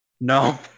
No